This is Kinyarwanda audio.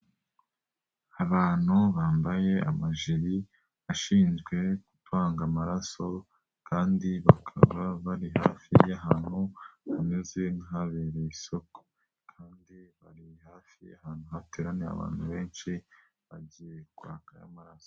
Abantu bambaye amajiri ashinzwe gutanga amaraso, kandi bakaba bari hafi y'ahantu hameze nk'ahabereye isoko. Kandi bari hafi y'ahantu hateraniye abantu benshi, bagiye kwakayo amaraso.